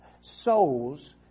souls